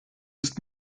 ist